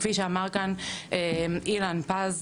כפי שאמר כאן אילן פז,